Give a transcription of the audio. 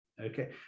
Okay